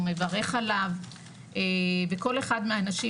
הוא מברך עליו וכל אחד מהאנשים,